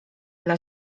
dla